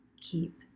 keep